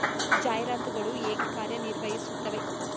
ಜಾಹೀರಾತುಗಳು ಹೇಗೆ ಕಾರ್ಯ ನಿರ್ವಹಿಸುತ್ತವೆ?